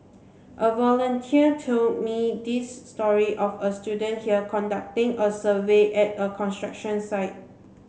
a volunteer told me this story of a student here conducting a survey at a construction site